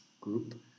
group